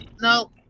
no